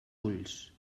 ulls